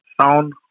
sound